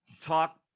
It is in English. talk